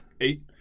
Eight